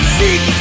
seek